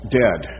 dead